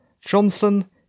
Johnson